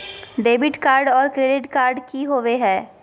Debit card और credit card की होवे हय?